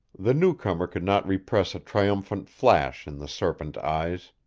the new-comer could not repress a triumphant flash in the serpent eyes.